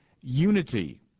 unity